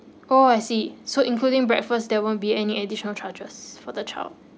oh I see so including breakfast there won't be any additional charges for the child